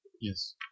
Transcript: Yes